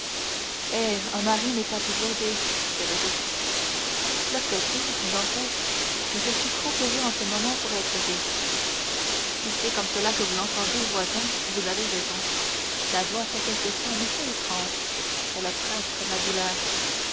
un mari n'est pas toujours gai dit caderousse le fait est dit dantès que je suis trop heureux en ce moment pour être gai si c'est comme cela que vous l'entendez voisin vous avez raison la joie fait quelquefois un effet étrange elle oppresse comme la douleur